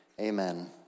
Amen